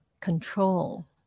control